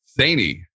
Thaney